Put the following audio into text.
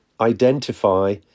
identify